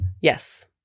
Yes